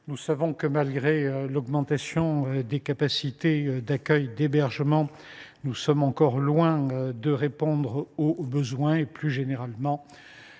Nous savons que, malgré l’augmentation des capacités d’accueil et d’hébergement, nous sommes encore loin de répondre aux besoins. Plus généralement,